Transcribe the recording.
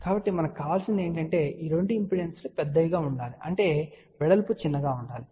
కాబట్టి మనకు కావలసినది ఏమిటంటే ఈ రెండు ఇంపెడెన్స్లు పెద్దవిగా ఉండాలి అంటే వెడల్పు చిన్నదిగా ఉండాలి